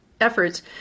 efforts